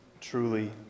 truly